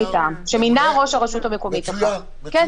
מצוין.